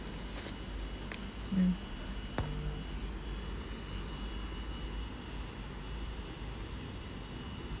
mm